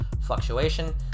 fluctuation